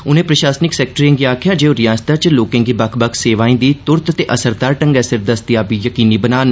उनें प्रशासनिक सैक्रेटरिए गी आखेआ जे ओह् रिआसता च लोकें गी बक्ख बक्ख सेवाएं दी तुरत ते असरदार ढंग्गै सिर दस्तयाबी यकीनी बनान